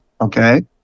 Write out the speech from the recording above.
Okay